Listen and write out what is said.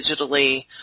digitally